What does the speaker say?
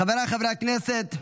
חבריי חברי הכנסת,